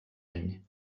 any